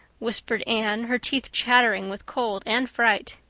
whispered anne, her teeth chattering with cold and fright.